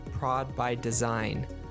prodbydesign